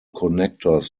connectors